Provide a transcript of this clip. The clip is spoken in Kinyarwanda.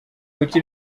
kuki